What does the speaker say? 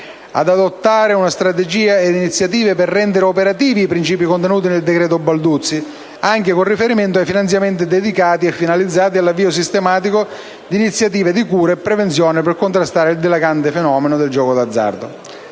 ad adottare una strategia ed iniziative per rendere operativi i principi contenuti nel decreto Balduzzi, anche con riferimento ai finanziamenti dedicati e finalizzati all'avvio sistematico di iniziative di cura e prevenzione per contrastare il dilagante fenomeno del gioco d'azzardo;